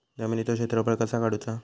जमिनीचो क्षेत्रफळ कसा काढुचा?